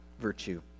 virtue